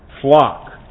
flock